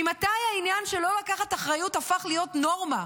ממתי העניין של לא לקחת אחריות הפך להיות נורמה?